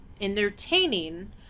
entertaining